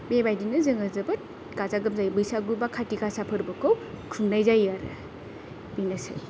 बेबायदिनो जोङो जोबोद गाजा गोमजायै बैसागु बा खाथि गासा फोरबोखौ खुंनाय जायो आरो बेनोसै